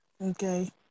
Okay